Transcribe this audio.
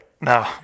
No